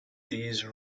these